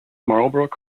marlborough